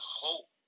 hope